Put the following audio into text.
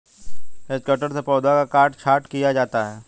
hedge cutter से पौधों का काट छांट किया जाता है